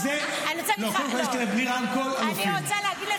אני רוצה להגיד לך,